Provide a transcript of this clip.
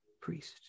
priest